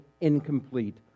incomplete